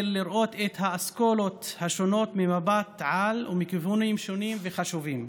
לראות את האסכולות השונות ממבט-על ומכיוונים שונים וחשובים.